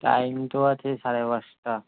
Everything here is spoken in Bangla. টাইম তো আছে সাড়ে পাঁচটা